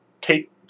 take